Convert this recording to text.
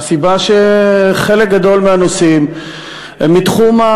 מהסיבה שחלק גדול מהנושאים הם מתחום,